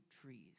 trees